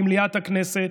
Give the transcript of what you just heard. במליאת הכנסת,